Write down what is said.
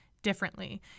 differently